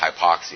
hypoxia